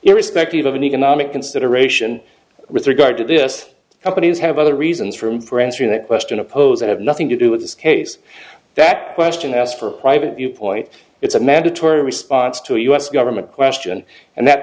irrespective of an economic consideration with regard to this companies have other reasons from for answering that question oppose and have nothing to do with this case that question asked for a private viewpoint it's a mandatory response to a u s government question and that